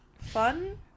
fun